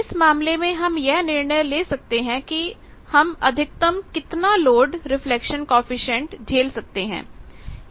इस मामले में हम यह निर्णय ले सकते हैं कि हम अधिकतम कितना लोड रिफ्लेक्शन कॉएफिशिएंट झेल सकते हैं